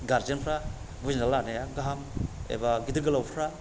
guardian फ्रा बुजिनानै लानाया गाहाम एबा गिदिर गोलावफ्रा